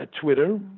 Twitter